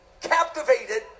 captivated